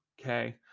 okay